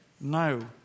No